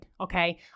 okay